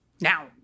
now